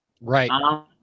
Right